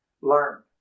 learn